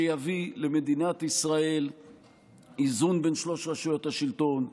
שיביא למדינת ישראל איזון בין שלוש רשויות השלטון,